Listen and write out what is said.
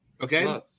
Okay